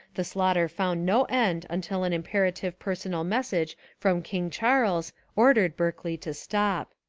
the slaughter found no end until an imperative personal message from king charles ordered berkeley to stop.